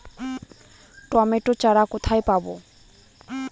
Tomato চারা কোথায় পাবো?